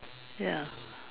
ya